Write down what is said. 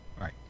Right